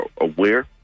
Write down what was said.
aware